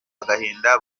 agahinda